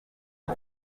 uko